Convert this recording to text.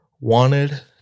wanted